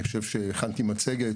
הכנתי מצגת,